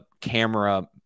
camera